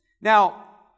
now